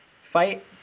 fight